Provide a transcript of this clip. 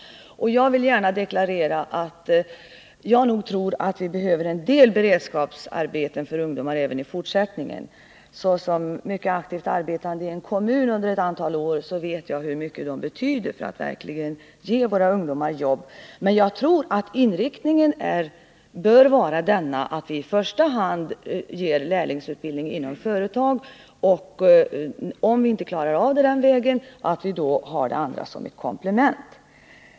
Jag vill gärna deklarera att jag tror att vi behöver — och efterfrågan en del beredskapsarbeten för ungdomar även i fortsättningen. Såsom mycket — på arbetskraft, aktivt arbetande i en kommun under ett antal år vet jag hur mycket dessa — m.m. arbeten betyder för att vi skall kunna ge våra ungdomar jobb. Men jag tror att inriktningen bör vara den att vi i första hand ger dem lärlingsutbildning inom företag och att vi, om vi inte klarar av det den vägen, har den andra möjligheten som ett komplement.